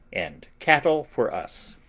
and cattle for us.